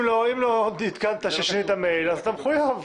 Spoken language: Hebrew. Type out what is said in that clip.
אם לא עדכנת ששינית מייל, אז אתה מחויב.